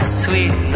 sweet